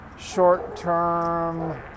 short-term